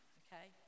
okay